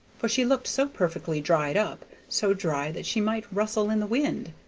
for she looked so perfectly dried up, so dry that she might rustle in the wind.